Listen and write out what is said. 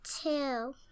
two